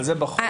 זה לא בחוק.